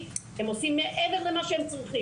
אני יכולה להגיד לכם שהנתונים שאתי מציגה,